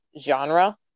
genre